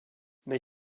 mais